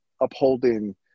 upholding